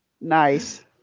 nice